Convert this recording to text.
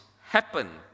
happen